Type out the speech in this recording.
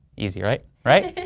easy right? right?